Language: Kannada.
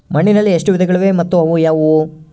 ಮಣ್ಣಿನಲ್ಲಿ ಎಷ್ಟು ವಿಧಗಳಿವೆ ಮತ್ತು ಅವು ಯಾವುವು?